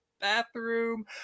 bathroom